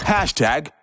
Hashtag